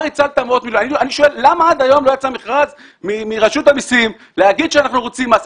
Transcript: אני שואל למה עד היום לא יצא מכרז מרשות המסים לומר שהם רוצים מס?